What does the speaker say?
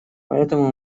поэтому